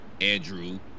Andrew